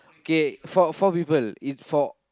okay four four people each four